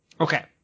Okay